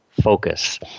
focus